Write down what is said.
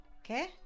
Okay